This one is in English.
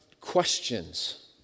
questions